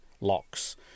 locks